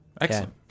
Excellent